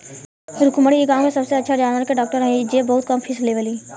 रुक्मिणी इ गाँव के सबसे अच्छा जानवर के डॉक्टर हई जे बहुत कम फीस लेवेली